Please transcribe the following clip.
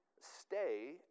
stay